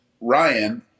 Ryan